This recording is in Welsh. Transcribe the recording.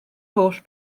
holl